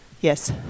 Yes